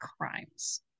crimes